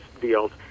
deals